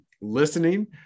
listening